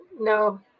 No